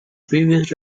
previous